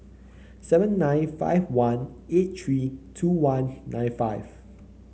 seven nine five one eight three two one nine five